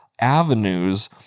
avenues